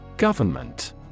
Government